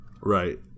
Right